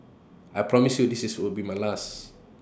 I promise you this is will be my last